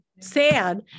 sad